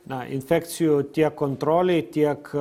na infekcijų tiek kontrolei tiek